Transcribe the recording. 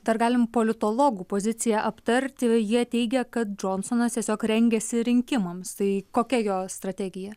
dar galim politologų poziciją aptarti jie teigia kad džonsonas tiesiog rengiasi rinkimams tai kokia jo strategija